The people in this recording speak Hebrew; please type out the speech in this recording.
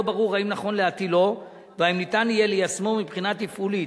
ברור האם נכון להטילו והאם ניתן יהיה ליישמו מבחינה תפעולית.